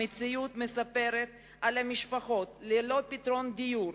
המציאות מספרת על משפחות ללא פתרון דיור,